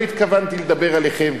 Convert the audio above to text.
לא התכוונתי לדבר עליכם.